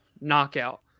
knockout